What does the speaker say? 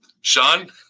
Sean